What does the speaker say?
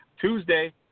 Tuesday